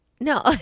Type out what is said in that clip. No